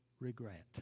regret